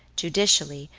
judicially,